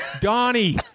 Donnie